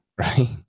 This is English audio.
right